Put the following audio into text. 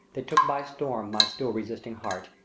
that took by storm my still resisting heart,